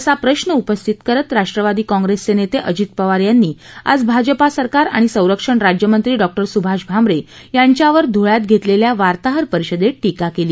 असा प्रश्न उपस्थित करत राष्ट्रवादी काँप्रेसचे नेते अजित पवार यांनी आज भाजप सरकारवर आणि संरक्षण राज्यमंत्री डॉ सुभाष भामरे यांच्यावर धुळ्यात घेतलेल्या वार्ताहर परिषदेत टीका केली